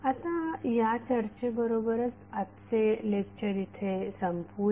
आता या चर्चेबरोबरच आजचे लेक्चर इथे संपवूया